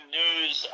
news